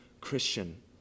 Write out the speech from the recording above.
Christian